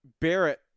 Barrett